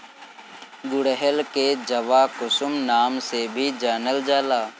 गुड़हल के जवाकुसुम नाम से भी जानल जाला